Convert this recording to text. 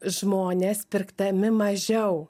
žmonės pirkdami mažiau